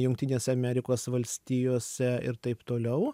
jungtinėse amerikos valstijose ir taip toliau